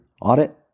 audit